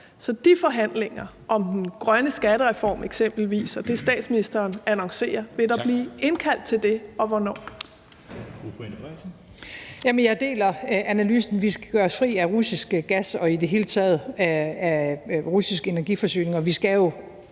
til de forhandlinger om den grønne skattereform eksempelvis og det, statsministeren annoncerer, vil der så blive indkaldt til det og hvornår?